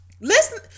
Listen